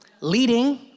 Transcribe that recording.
leading